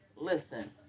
Listen